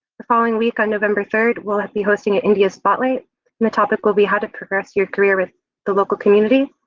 the following week on november third, we'll be hosting a india spotlight and the topic will be how to progress your career with the local community.